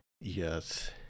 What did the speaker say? Yes